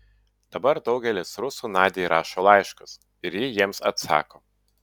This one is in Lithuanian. dabar daugelis rusų nadiai rašo laiškus ir ji jiems atsako